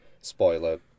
spoiler